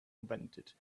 invented